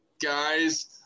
guys